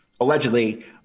allegedly